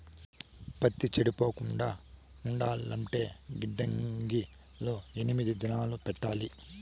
పత్తి చెడిపోకుండా ఉండాలంటే గిడ్డంగి లో ఎన్ని దినాలు పెట్టాలి?